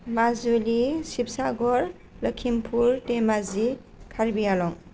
Majuli Sivasagar Lakhimpur Dhemaji Karbi Anglong